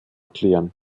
klären